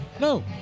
No